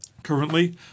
Currently